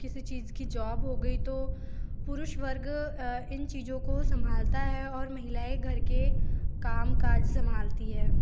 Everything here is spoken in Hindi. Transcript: किसी चीज़ की जॉब हो गई तो पुरुष वर्ग इन चीज़ों को संभालता है और महिलाएँ घर के काम काज संभालती हैं